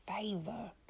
favor